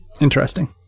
Interesting